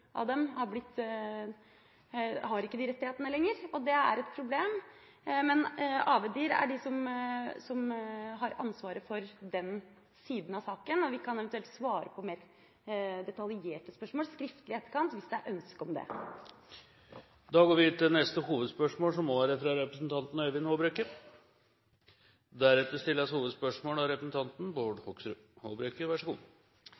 av dem har ikke de rettighetene lenger, og det er et problem. Men Arbeids- og velferdsdirektoratet er de som har ansvaret for den siden av saken, og vi kan eventuelt svare på mer detaljerte spørsmål skriftlig i etterkant hvis det er ønske om det. Vi går til neste hovedspørsmål. Spørsmålet går til samme statsråd. Regjeringen har i statsbudsjettet for 2013 lagt opp til to ukers økning av